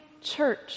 church